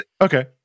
okay